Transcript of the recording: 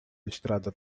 listrada